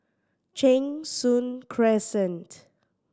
Cheng Soon Crescent